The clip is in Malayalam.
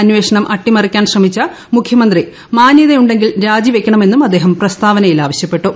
അന്വേഷണം അട്ടിമറിക്കാൻ ശ്രമിച്ച മുഖ്യമന്ത്രി മാന്യതയുണ്ടെങ്കിൽ രാജിവെക്കണമെന്നും അദ്ദേഹം പ്രസ്താവനയിൽ ആവശ്യപ്പെട്ടു